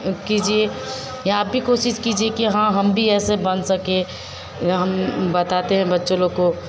कीजिए या आप भी कोशिश कीजिए कि हाँ हम भी ऐसे बन सकें यह हम बताते हैं बच्चे लोग को